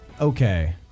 Okay